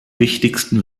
wichtigsten